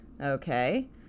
Okay